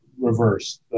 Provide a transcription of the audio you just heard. reverse